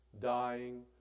dying